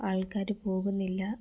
ആൾക്കാർ പോകുന്നില്ല